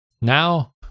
Now